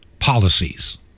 policies